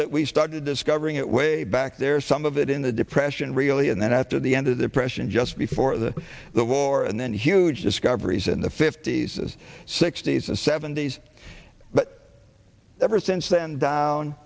that we started discovering it way back there some of it in the depression really and then after the end of the oppression just before the the war and then huge discoveries in the fifty's sixty's and seventy's but ever since then down